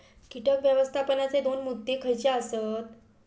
कीटक व्यवस्थापनाचे दोन मुद्दे खयचे आसत?